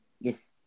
Yes